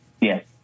Yes